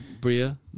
Bria